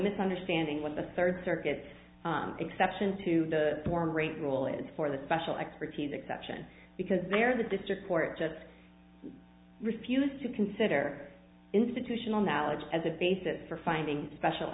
misunderstanding what the third circuit's exceptions to the norm rate rule is for the special expertise exception because they are the district court judge refused to consider institutional knowledge as a basis for finding special